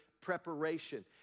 preparation